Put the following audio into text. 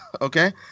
Okay